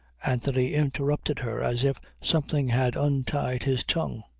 anthony interrupted her as if something had untied his tongue.